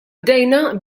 bdejna